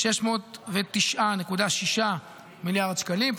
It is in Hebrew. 609.6 מיליארד שקלים,